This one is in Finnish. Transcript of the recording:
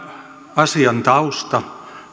asian tausta